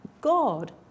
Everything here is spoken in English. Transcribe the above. God